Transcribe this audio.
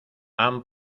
han